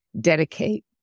dedicate